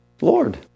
Lord